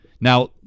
Now